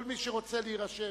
כל מי שרוצה להירשם,